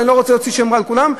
ואני לא רוצה להוציא שם רע לכולם,